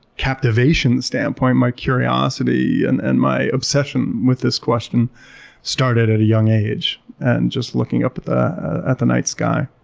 captivation standpoint, my curiosity and and my obsession with this question started at a young age and just looking up at the at the night sky,